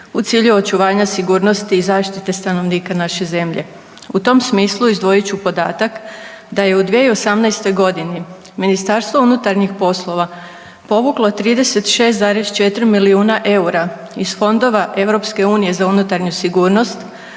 u cilju očuvanja sigurnosti i zaštite stanovnika naše zemlje. U tom smislu izdvojit ću podataka da je 2018. godini MUP povuklo 36,4 milijuna EUR-a iz fondova EU za unutarnju sigurnost